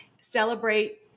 celebrate